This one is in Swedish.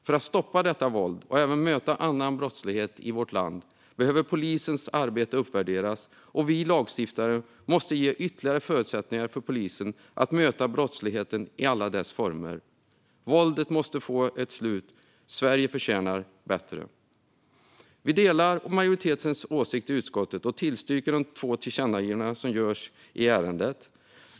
För att stoppa detta våld och även möta annan brottslighet i vårt land behöver polisens arbete uppvärderas, och vi lagstiftare måste ge ytterligare förutsättningar för polisen att möta brottsligheten i alla dess former. Våldet måste få ett slut. Sverige förtjänar bättre. Vi delar majoritetens åsikt i utskottet och tillstyrker de två tillkännagivandena i ärendet.